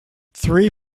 three